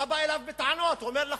אתה בא אליו בטענות, והוא אומר לך: